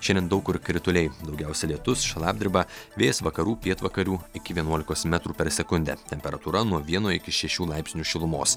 šiandien daug kur krituliai daugiausia lietus šlapdriba vėjas vakarų pietvakarių iki vienuolikos metrų per sekundę temperatūra nuo vieno iki šešių laipsnių šilumos